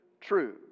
true